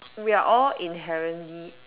we are all inherently